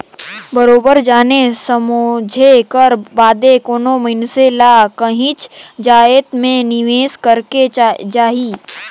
बरोबेर जाने समुझे कर बादे कोनो मइनसे ल काहींच जाएत में निवेस करेक जाही